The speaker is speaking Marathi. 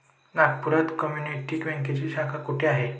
नागपुरात कम्युनिटी बँकेची शाखा कुठे आहे?